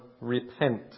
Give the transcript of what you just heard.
repent